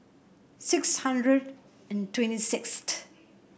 six hundred and twenty sixth